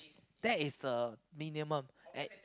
that is the minimum and